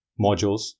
modules